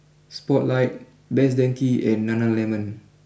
Spotlight best Denki and Nana Lemon